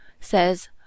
says